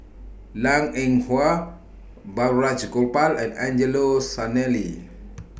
Liang Eng Hwa Balraj Gopal and Angelo Sanelli